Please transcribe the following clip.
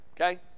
okay